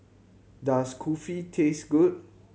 does Kulfi taste good